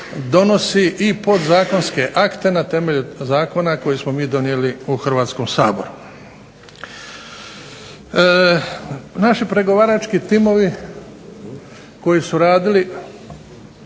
donosi i podzakonske akte na temelju zakona koje smo mi donijeli u Hrvatskom saboru. Naši pregovarački timovi koji su radili